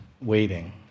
waiting